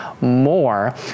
more